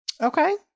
Okay